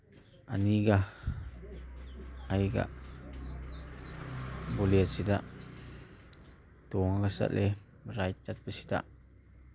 ꯑꯅꯤꯒ ꯑꯩꯒ ꯕꯨꯂꯦꯠꯁꯤꯗ ꯇꯣꯡꯉꯒ ꯆꯠꯂꯤ ꯔꯥꯏꯠ ꯆꯠꯄꯁꯤꯗ